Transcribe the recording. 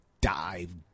dive